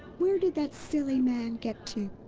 where did that silly man get to?